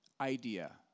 idea